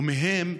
ולהן,